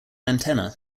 antenna